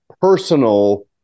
personal